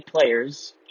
players